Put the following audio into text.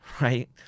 right